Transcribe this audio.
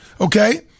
Okay